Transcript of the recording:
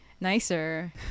nicer